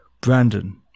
Brandon